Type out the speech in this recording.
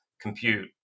compute